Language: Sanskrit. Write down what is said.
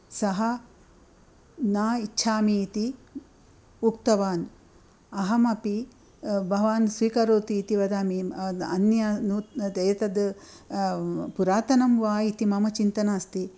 सः न इच्छामीति उक्तवान् अहमपि भवान् स्वीकरोति इति वदामि अन्य नु एतद् पुरातनं वा इति मम चिन्तनमस्ति